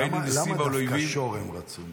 למה דווקא שור הם רצו?